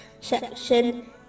section